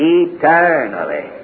eternally